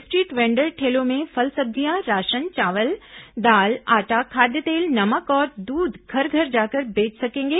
street vendor ठेलों में फल सब्जियां राशन चावल दाल आटा खाद्य तेल नमक और दूध घर घर जाकर बेच सकेंगे